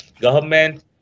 government